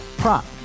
Prop